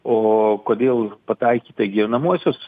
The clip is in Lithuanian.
o kodėl pataikyta į gyvenamuosius